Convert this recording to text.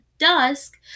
dusk